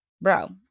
bro